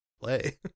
play